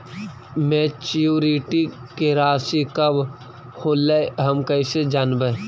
Maturity के रासि कब होलै हम कैसे जानबै?